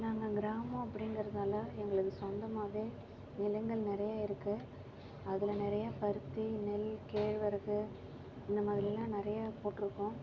நாங்கள் கிராமம் அப்படிங்கறதால எங்களுக்கு சொந்தமாகவே நிலங்கள் நிறையா இருக்கு அதில் நிறையா பருத்தி நெல் கேழ்வரகு அந்தமாதிரிலாம் நிறையா போட்டுருக்கோம்